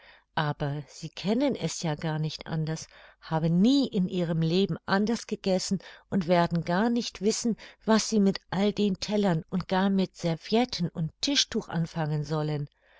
aber sie kennen es ja gar nicht anders haben nie in ihrem leben anders gegessen und werden gar nicht wissen was sie mit all den tellern und gar mit servietten und tischtuch anfangen sollen